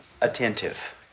attentive